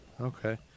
Okay